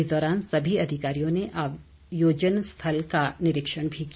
इस दौरान सभी अधिकारियों ने आयोजन स्थल का निरीक्षण भी किया